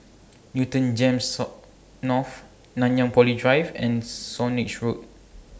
Newton Gems North Nanyang Poly Drive and Swanage Road